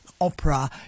opera